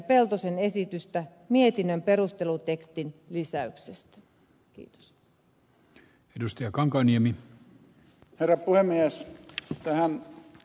peltosen esitystä mietinnön perustelutekstin lisäyksestä kiitos lystiä kankaanniemi tarkoin myös tähän